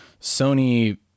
Sony